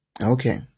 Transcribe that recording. Okay